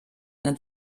eine